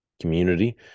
community